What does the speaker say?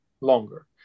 longer